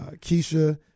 Keisha